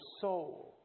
soul